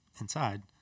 inside